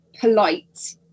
polite